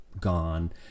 gone